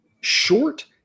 short